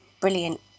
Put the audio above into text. brilliant